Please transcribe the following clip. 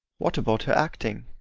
what about her acting?